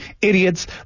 idiots